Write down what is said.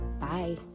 Bye